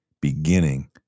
beginning